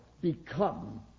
become